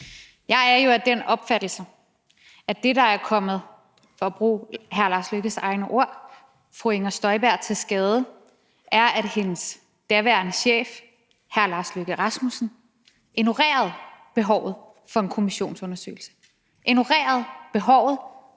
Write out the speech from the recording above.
Jeg er jo af den opfattelse, at det, der er kommet – for at bruge hr. Lars Løkke Rasmussens egne ord – fru Inger Støjberg til skade, er, at hendes daværende chef, hr. Lars Løkke Rasmussen, ignorerede behovet for en kommissionsundersøgelse, ignorerede behovet for at komme til bunds i den